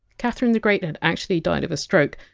catherine the great had actually died of a stroke.